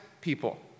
people